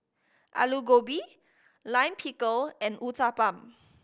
Alu Gobi Lime Pickle and Uthapam